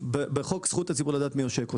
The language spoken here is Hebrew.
לחוק "זכות הציבור לדעת מי עושק אותו".